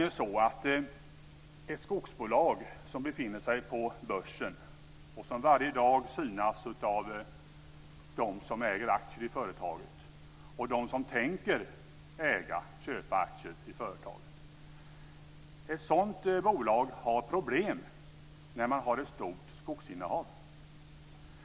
Ett skogsbolag som befinner sig på börsen och som varje dag synas av dem som äger aktier i företaget och dem som tänker köpa aktier i företaget har nämligen problem när det har ett stort skogsinnehav.